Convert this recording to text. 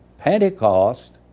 Pentecost